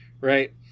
right